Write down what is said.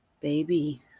baby